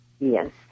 Yes